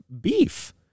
beef